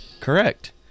Correct